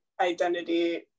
identity